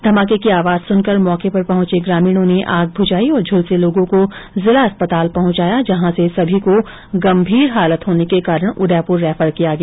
धमाके की आवाज सुनकर मौके पर पहुंचे ग्रामीणों ने आग ब्झाई और झूलसे लोगों को जिला अस्पताल पहंचाया जहां से सभी को गंभीर हालत होने के कारण उदयपुर रेफर किया गया